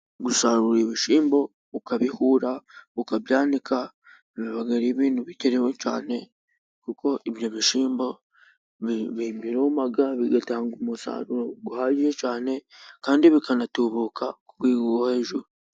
Gusarura ibishyimbo, ukabihura, ukabyandika, biba ari ibintu bikenewe cyane, kuko ibyo bishyimbo biruma, bigatanga umusaro uhagije cyane, kandi bikanatubuka ku rwego rwo hejuru.